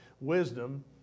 wisdom